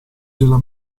della